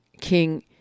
King